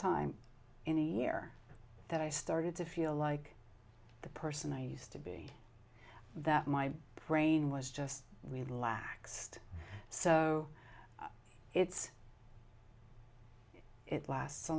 time in a year that i started to feel like the person i used to be that my brain was just relaxed so it's it lasts a